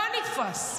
לא נתפס.